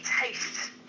taste